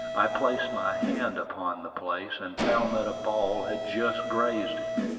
i placed my hand upon the place, and found that a ball had just grazed it.